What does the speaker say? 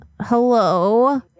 Hello